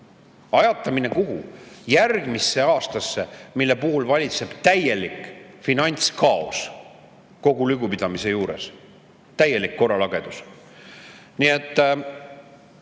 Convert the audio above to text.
Ajatades kuhu? Järgmisse aastasse, mille puhul valitseb täielik finantskaos. Kogu lugupidamise juures: täielik korralagedus! Nii et